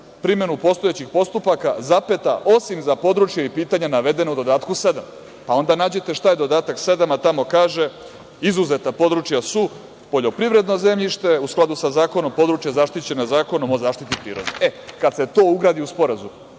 primenu postojećeg postupaka, osim za područja i pitanja navedeno dodatku sedam, a onda nađete šta je dodatak sedam, a tamo kaže – izuzetna područja su poljoprivredna zemljišta u skladu sa Zakonom o područjima zaštićena Zakonom o zaštiti prirode. Kada se to ugradi u Sporazum